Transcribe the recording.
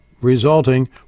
resulting